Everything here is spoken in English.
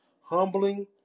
humbling